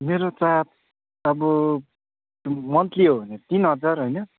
मेरो त अब मन्थली हो भने तिन हजार होइन